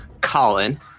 Colin